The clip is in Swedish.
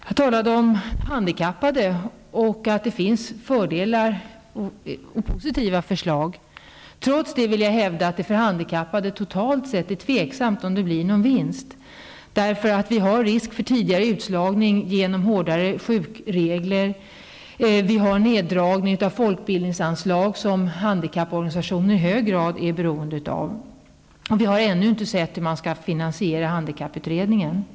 Jag talade om handikappade och sade att det finns positiva förslag. Trots detta vill jag hävda att det för de handikappade totalt sett är tveksamt om det blir någon vinst, eftersom det finns risk för tidigare utslagning genom hårdare sjukskrivningsregler. Vidare blir det neddragning av folkbildningsanslag som handikapporganisationer i hög grad är beroende av. Ännu har vi inte sett hur man skall finansiera genomförandet av handikapputredningens förslag.